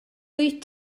wyt